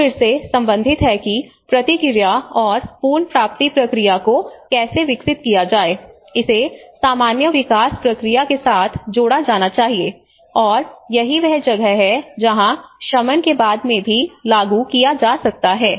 जो फिर से संबंधित है कि प्रतिक्रिया और पुनर्प्राप्ति प्रक्रिया को कैसे विकसित किया जाए इसे सामान्य विकास प्रक्रिया के साथ जोड़ा जाना चाहिए और यही वह जगह है जहां शमन को बाद में भी लागू किया जाता है